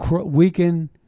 weaken